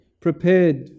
prepared